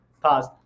Pause